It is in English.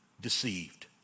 deceived